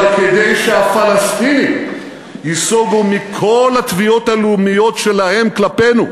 אלא כדי שהפלסטינים ייסוגו מכל התביעות הלאומיות שלהם כלפינו,